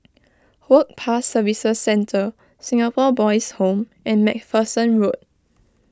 Work Pass Services Centre Singapore Boys' Home and MacPherson Road